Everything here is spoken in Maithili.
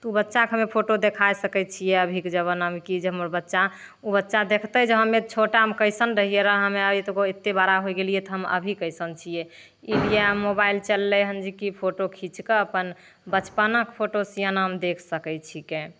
तऽ ओ बच्चाके हमे फोटो देखा सकैत छियै अभीके जमानामे की जे हमर बच्चा ओ बच्चा देखतै जे हमे छोटामे कैसन रहिए रऽ हमे एत गो एत्ते बड़ा हो गेलिए तऽ हम अभी कैसन छियै ई लिए मोबाइल चललै हन जेकि फोटो खींचके अपन बचपनाके फोटो सिआनामे देखि सकैत छिकै